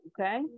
Okay